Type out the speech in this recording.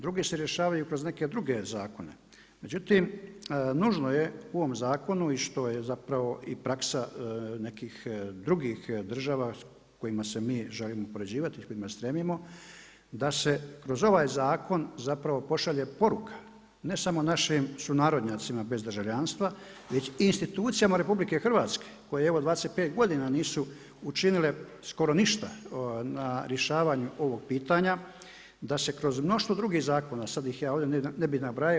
Drugi se rješavaju kroz neke druge zakone, međutim nužno je u ovom zakonu i što je zapravo i praksa nekih drugih država s kojima se mi želimo upoređivati, kojima stremimo da se kroz ovaj zakon zapravo pošalje poruka ne samo našim sunarodnjacima bez državljanstva već i institucijama RH koje evo 25 godina nisu učinile skoro ništa na rješavanju ovog pitanja, da se kroz mnoštvo drugih zakona, sad ih ja ovdje ne bih nabrajao.